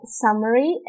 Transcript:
summary